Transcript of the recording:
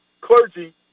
clergy